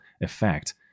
effect